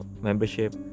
membership